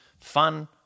fun